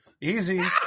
Easy